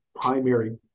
primary